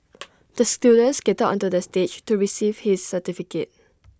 the student skated onto the stage to receive his certificate